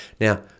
now